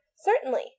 Certainly